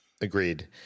agreed